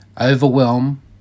overwhelm